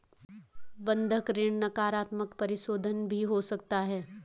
बंधक ऋण नकारात्मक परिशोधन भी हो सकता है